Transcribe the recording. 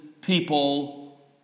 people